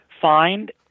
find